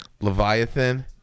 Leviathan